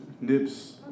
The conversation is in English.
Nip's